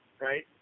right